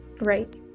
Right